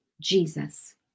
Jesus